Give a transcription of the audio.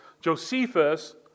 Josephus